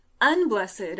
unblessed